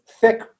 thick